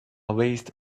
waste